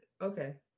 okay